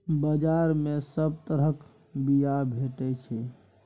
बजार मे सब तरहक बीया भेटै छै